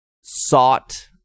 sought